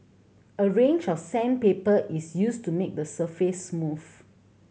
a range of sandpaper is used to make the surface smooth